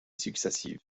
successives